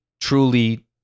truly